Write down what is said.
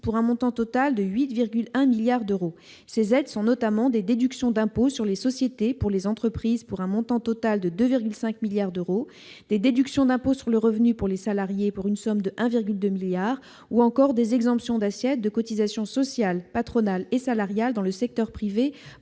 pour un montant total de 8,1 milliards d'euros. Ces aides sont notamment des déductions d'impôt sur les sociétés pour les entreprises, pour un montant total de 2,5 milliards d'euros, des déductions d'impôt sur le revenu pour les salariés, pour une somme de 1,2 milliard d'euros, ou encore des exemptions d'assiette de cotisations sociales patronales et salariales dans le secteur privé,